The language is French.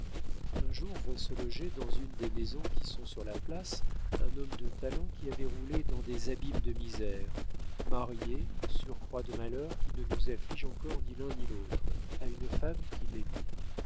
un jour vint se loger dans une des maisons qui sont sur la place un homme de talent qui avait roulé dans des abîmes de misère marié surcroît de malheur qui ne nous afflige encore ni l'un ni l'autre à une femme qu'il aimait